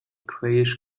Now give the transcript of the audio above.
grayish